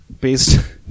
based